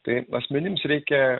tai asmenims reikia